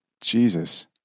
Jesus